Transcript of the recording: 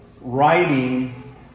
writing